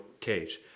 cage